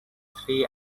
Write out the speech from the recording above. three